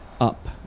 up